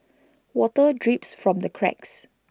water drips from the cracks